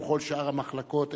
ובכל שאר המחלקות,